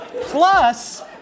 Plus